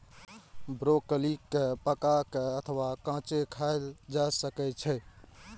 broccoli कें पका के अथवा कांचे खाएल जा सकै छै